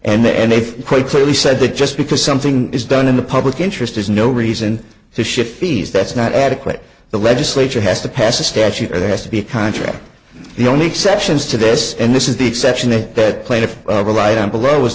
rule and they quite clearly said that just because something is done in the public interest is no reason to shift fees that's not adequate the legislature has to pass a statute or there has to be a contract the only exceptions to this and this is the exception that plaintiff relied on below was